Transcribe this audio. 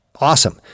awesome